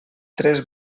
tres